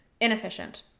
inefficient